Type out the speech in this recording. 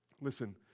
listen